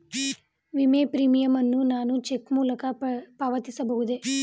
ವಿಮೆ ಪ್ರೀಮಿಯಂ ಅನ್ನು ನಾನು ಚೆಕ್ ಮೂಲಕ ಪಾವತಿಸಬಹುದೇ?